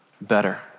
better